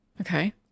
Okay